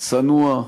צנוע,